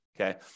okay